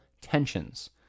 tensions